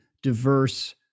Diverse